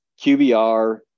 QBR